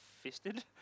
fisted